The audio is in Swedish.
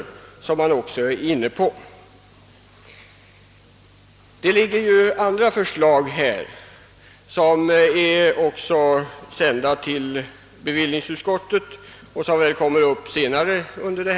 Det föreligger också andra förslag, som har remitterats till bevillningsutskottet och som kommer upp i riksdagen senare under året.